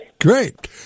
Great